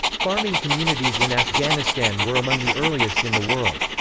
farming communities in afghanistan were among the earliest in the world.